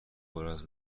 پراز